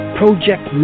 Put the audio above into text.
project